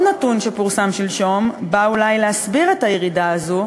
נתון שפורסם שלשום בא אולי להסביר את הירידה הזו,